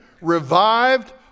revived